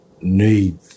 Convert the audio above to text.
need